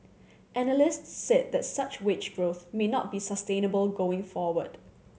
analysts said that such wage growth may not be sustainable going forward